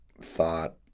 thought